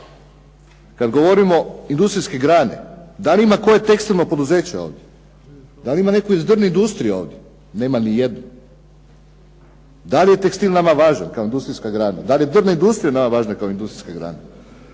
Kad govorimo industrijske grane, da li ima koje tekstilno poduzeće ovdje? Da li ima netko iz drvne industrije ovdje? Nema nijedno. Da li je tekstil nama važan kao industrijska grana, da li je drvna industrija nama važna kao industrijska grana?